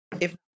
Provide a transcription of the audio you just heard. if-